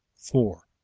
four.